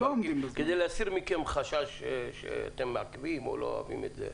כדי להסיר מכם חשש שאתם מעכבים או לא אוהבים את זה.